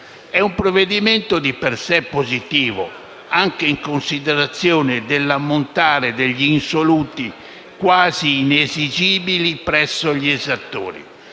È un provvedimento di per sé positivo, anche in considerazione dell'ammontare degli insoluti, quasi inesigibili, presso gli esattori.